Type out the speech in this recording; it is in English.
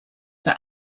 for